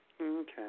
Okay